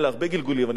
אני מדבר על הגלגול,